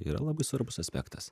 yra labai svarbus aspektas